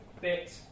bit